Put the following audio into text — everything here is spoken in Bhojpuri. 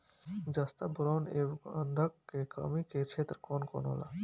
जस्ता बोरान ऐब गंधक के कमी के क्षेत्र कौन कौनहोला?